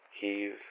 Heave